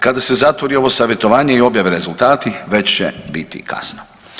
Kada se zatvori ovo savjetovanje i objave rezultati, već će biti kasno.